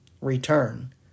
return